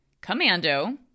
Commando